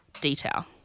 detail